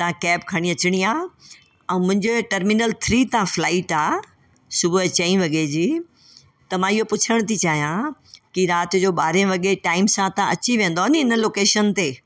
तव्हां कैब खणी अचणी आहे ऐं मुंहिंजो हीअ टर्मिनल थ्री तां फ्लाईट आहे सुबुह जो चईं वॻे जी त मां इहो पुछण थी चाहियां की राति जो ॿारहें वॻे टाइम सां तव्हां अची वेंदव नि इन लोकेशन ते